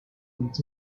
and